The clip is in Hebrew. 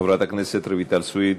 חברת הכנסת רויטל סויד,